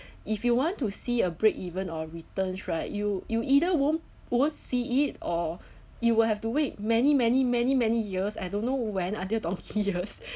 if you want to see a break even or returns right you you either won't won't see it or you will have to wait many many many many years I don't know when until donkey years